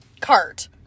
cart